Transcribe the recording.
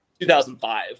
2005